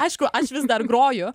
aišku aš vis dar groju